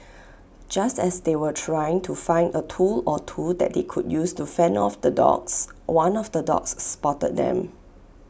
just as they were trying to find A tool or two that they could use to fend off the dogs one of the dogs spotted them